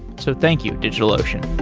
so thank you, digitalocean